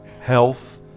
health